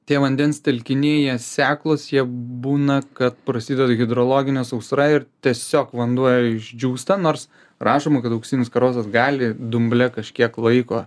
tie vandens telkiniai jie seklūs jie būna kad prasideda hidrologinė sausra ir tiesiog vanduo išdžiūsta nors rašoma kad auksinis karosas gali dumble kažkiek laiko